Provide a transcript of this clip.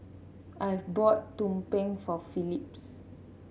Iver bought tumpeng for Phylis